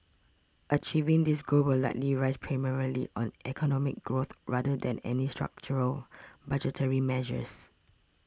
achieving this goal will likely rest primarily on economic growth rather than any structural budgetary measures